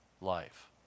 life